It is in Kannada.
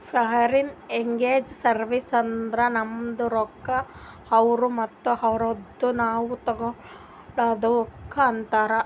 ಫಾರಿನ್ ಎಕ್ಸ್ಚೇಂಜ್ ಸರ್ವೀಸ್ ಅಂದುರ್ ನಮ್ದು ರೊಕ್ಕಾ ಅವ್ರು ಮತ್ತ ಅವ್ರದು ನಾವ್ ತಗೊಳದುಕ್ ಅಂತಾರ್